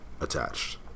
attached